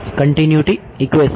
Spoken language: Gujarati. continuity equation